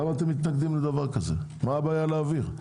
מה הבעיה להעביר?